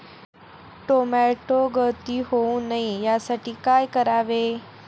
Tomato गळती होऊ नये यासाठी काय करावे?